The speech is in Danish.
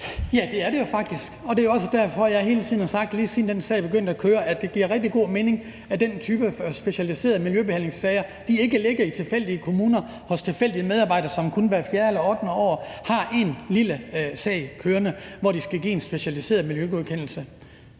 også derfor, at jeg lige siden den sag begyndte at køre hele tiden har sagt, at det giver rigtig god mening, at den type specialiserede miljøbehandlingssager ikke ligger i tilfældige kommuner hos tilfældige medarbejdere, som kun hver fjerde eller ottende år har en lille sag kørende, hvor de skal give en specialiseret miljøgodkendelse.